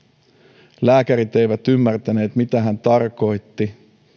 menolipun geneveen lääkärit eivät ymmärtäneet mitä hän tarkoitti